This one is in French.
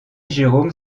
jérôme